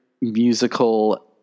musical